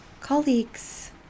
colleagues